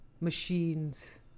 machines